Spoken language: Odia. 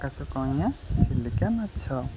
ଆକାଶ କଇଁଆ ଚିଲିକା ମାଛ